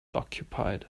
occupied